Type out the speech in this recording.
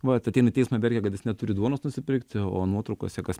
vat ateina į teismą verkia kad jis neturi duonos nusipirkti o nuotraukose kas